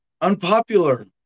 unpopular